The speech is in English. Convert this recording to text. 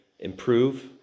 improve